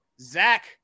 Zach